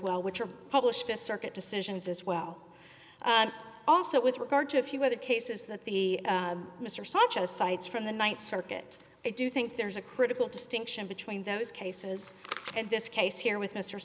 well which are published as circuit decisions as well and also with regard to a few other cases that the mr such as cites from the th circuit i do think there's a critical distinction between those cases and this case here with m